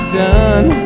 done